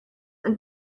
and